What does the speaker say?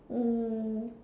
um